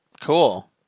Cool